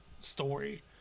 story